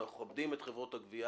אנחנו עובדים עם חברות הגבייה.